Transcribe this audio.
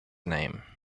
name